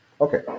Okay